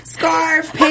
scarf